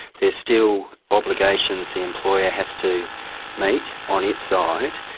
there's still obligations the employer has to meet on its side.